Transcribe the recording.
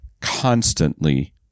constantly